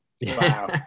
Wow